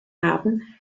haben